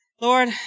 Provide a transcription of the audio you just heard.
Lord